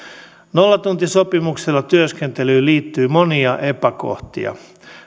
nollatuntisopimuksella työskentelyyn liittyy monia epäkohtia